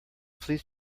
please